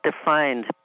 defined